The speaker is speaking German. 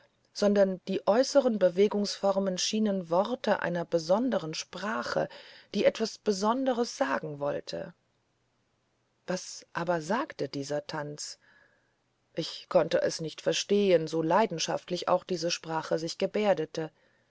sondern die äußeren bewegungsformen schienen worte einer besonderen sprache die etwas besonderes sagen wollte was aber sagte dieser tanz ich konnte es nicht verstehen so leidenschaftlich auch diese sprache sich gebärdete